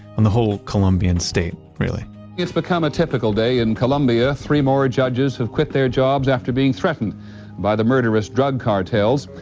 on the whole colombian state, really it's become a typical day in colombia. three more judges have quit their jobs after being threatened by the murderous drug cartels.